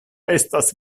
estas